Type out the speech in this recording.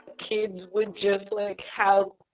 kids would just like have.